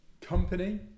Company